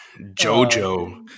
Jojo